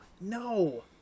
No